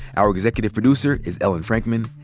our executive producer is ellen frankman.